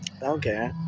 Okay